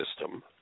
system